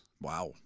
Wow